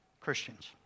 Christians